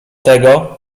tego